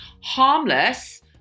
harmless